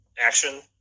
action